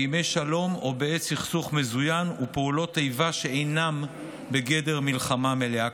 בימי שלום או בעת סכסוך מזוין ופעולות איבה שאינן בגדר מלחמה מלאה,